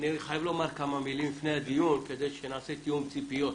אני חייב לומר כמה מילים לפני הדיון כדי שנעשה תיאום ציפיות.